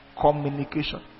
communication